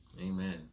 Amen